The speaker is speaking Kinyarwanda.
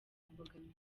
imbogamizi